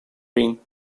ring